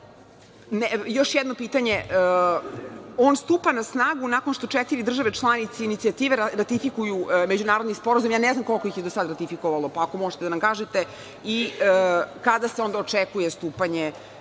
jedno pitanje. On stupa na snagu nakon što četiri države članice Inicijative ratifikuju međunarodni sporazum. Ne znam koliko ih je do sada ratifikovalo, pa ako možete da nam kažete. Kada se onda očekuje stupanje